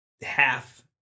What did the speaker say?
half